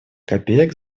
копеек